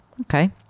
Okay